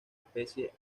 especie